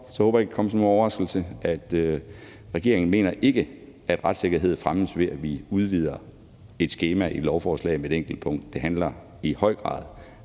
sige, at jeg ikke håber, det kommer som nogen overraskelse, at regeringen ikke mener, at retssikkerhed fremmes, ved at vi udvider et skema i lovforslag med et enkelt punkt. Det handler i høj grad